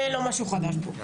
זה לא משהו חדש פה.